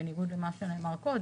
בניגוד למה שנאמר קודם.